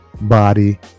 body